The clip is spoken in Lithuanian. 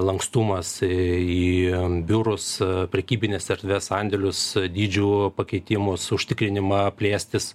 lankstumas į biurus prekybines erdves sandėlius dydžių pakeitimus užtikrinimą plėstis